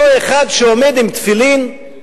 אותו אחד שעומד עם תפילין,